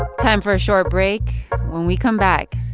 time for a short break when we come back.